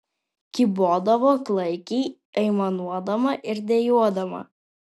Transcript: kybodavo klaikiai aimanuodama ir dejuodama